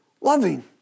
loving